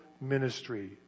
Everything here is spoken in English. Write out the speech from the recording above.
ministry